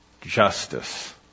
justice